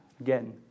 again